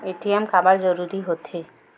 ATM काबर जरूरी हो थे?